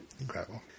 Incredible